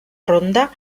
ronda